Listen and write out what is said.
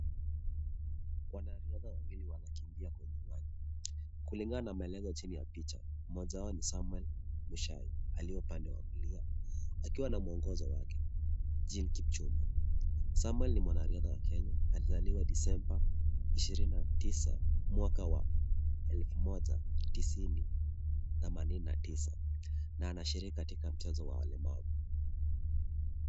Wanariadha wawili wanakimbia kwenye uwanja. Kulingana na amaelezo chini ya picha, mmoja wao ni SAMUEL MICHAI aliye upande wa kulia akiwa na mwongozo wake, jina KIPCHUMBA. Samuel ni mwanariadha wa Kenya, alizaliwa Disemba ishirini na tisa mwaka wa Elfu moja tisini themanini na tisa na anashiriki katika mchezo wa walemavu.